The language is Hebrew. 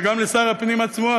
וגם לשר הפנים עצמו,